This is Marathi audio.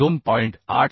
21 2